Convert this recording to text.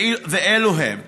ואלו הם: